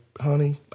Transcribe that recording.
honey